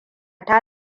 ta